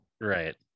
Right